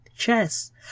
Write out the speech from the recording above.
chess